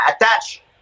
attach